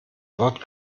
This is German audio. dort